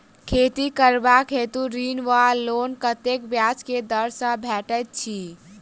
खेती करबाक हेतु ऋण वा लोन कतेक ब्याज केँ दर सँ भेटैत अछि?